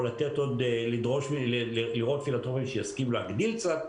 או לראות פילנטרופיים שיסכימו להגדיל קצת,